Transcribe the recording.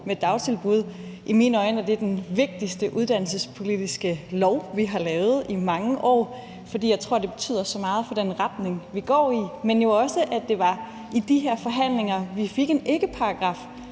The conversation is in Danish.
med dagtilbud. I mine øjne er det den vigtigste uddannelsespolitiske lov, som vi har lavet i mange år, både fordi jeg tror, det betyder så meget for den retning, vi går i, men jo også, fordi det var i de her forhandlinger, at vi fik en ikkeparagraf,